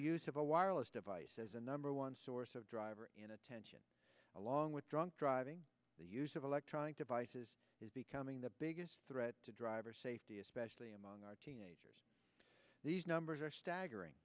use of a wireless device as a number one source of driver inattention along with drunk driving the use of electronic devices is becoming the biggest threat to driver safety especially among our teenagers these numbers are staggering